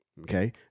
okay